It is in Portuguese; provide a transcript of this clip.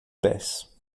pés